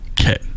Okay